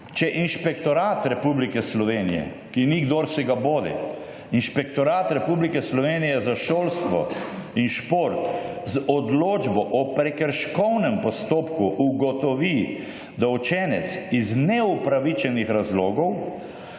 Če Inšpektorat Republike Slovenije, ki ni kdor si ga bodi, Inšpektorat Republike Slovenije za šolstvo in šport z odločbo o prekrškovnem postopku ugotovi, da učenec iz neopravičenih razlogov